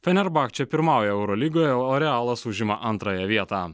fenerbakčė pirmauja eurolygoje o realas užima antrąją vietą